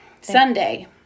Sunday